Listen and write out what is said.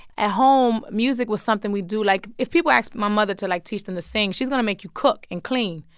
at home, music was something we'd do like, if people asked but my mother to, like, teach them to sing, she's going to make you cook and clean.